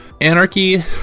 anarchy